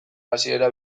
hasiera